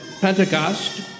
Pentecost